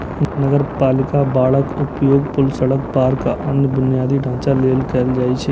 नगरपालिका बांडक उपयोग पुल, सड़क, पार्क, आ अन्य बुनियादी ढांचा लेल कैल जाइ छै